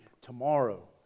tomorrow